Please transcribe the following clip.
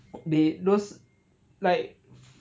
they those like